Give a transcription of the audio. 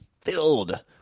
filled